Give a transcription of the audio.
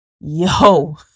Yo